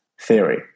theory